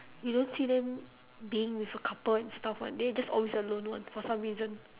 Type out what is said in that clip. you don't see them being with a couple and stuff [one] they just always alone [one] for some reason